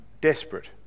desperate